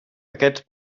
aquests